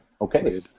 Okay